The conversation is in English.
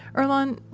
earlonne,